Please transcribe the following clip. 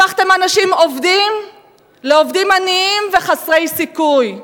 הפכתם אנשים עובדים לעובדים עניים וחסרי סיכוי.